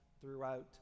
throughout